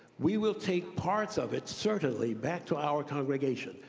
we will take parts of it certainly back to our congregation,